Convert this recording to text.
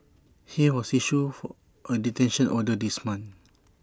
he was issued for A detention order this month